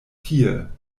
tie